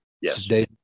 Yes